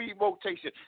rotation